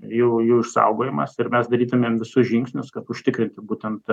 jau jų išsaugojimas ir mes darytumėm visus žingsnius kad užtikrint būtent